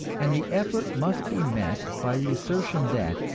and the effort must be met by the assertion that,